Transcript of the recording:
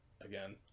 again